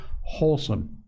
wholesome